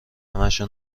همشو